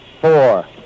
four